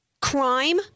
crime